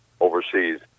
overseas